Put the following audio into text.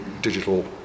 digital